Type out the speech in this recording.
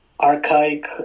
archaic